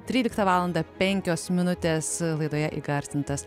tryliktą valandą penkios minutės laidoje įgarsintas